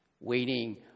Waiting